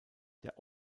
der